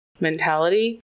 mentality